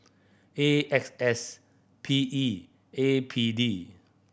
A X S P E A P D